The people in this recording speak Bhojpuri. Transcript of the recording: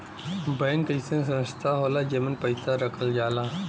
बैंक अइसन संस्था होला जेमन पैसा रखल जाला